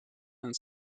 and